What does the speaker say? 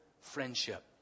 friendship